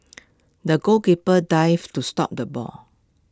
the goalkeeper dived to stop the ball